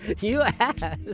you asked!